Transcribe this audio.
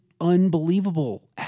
unbelievable